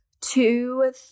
two